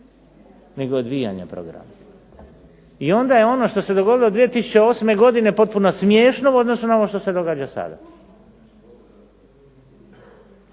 nego odvijanja programa. I onda je ono što se dogodilo 2008. godine potpuno smiješno u odnosu na ovo što se događa sada.